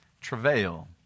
Travail